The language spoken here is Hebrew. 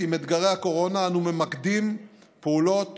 אנו ממקדים פעולות